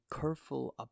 careful